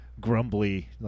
grumbly